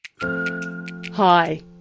Hi